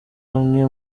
bamwe